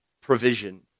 provision